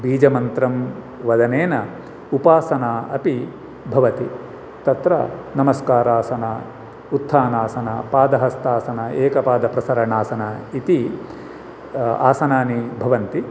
बीजमन्त्रं वदनेन उपासना अपि भवति तत्र नमस्कारासन उत्थानासन पादहस्तासन एकपादप्रसरणासन इति आसनानि भवन्ति